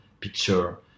picture